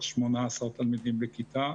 עד 18 תלמידים בכיתה.